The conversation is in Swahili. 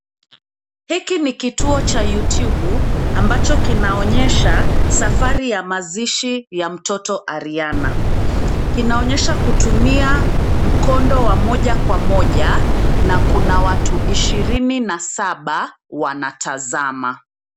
Hiki ni kituo cha YouTube, ambacho kinaonyesha, safari ya mazishi ya mtoto Ariana. Kinaonyesha, kutumia mkondo wa moja kwa moja, na kuna watu ishirini na saba wanatazama.